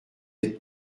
êtes